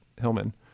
Hillman